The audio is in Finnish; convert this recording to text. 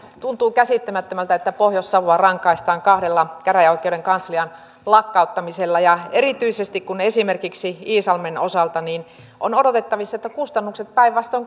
tuntuu käsittämättömältä että pohjois savoa rankaistaan kahdella käräjäoikeuden kanslian lakkauttamisella erityisesti kun esimerkiksi iisalmen osalta on odotettavissa että kustannukset päinvastoin